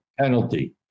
penalty